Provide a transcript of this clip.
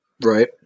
Right